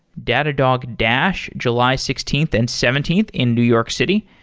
datadog dash, july sixteenth and seventeenth in new york city,